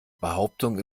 behauptung